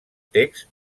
texts